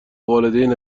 والدینش